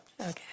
Okay